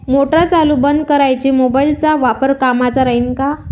Motor चालू बंद कराच मोबाईलचा वापर कामाचा राहीन का?